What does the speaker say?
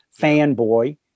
fanboy